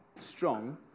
strong